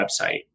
website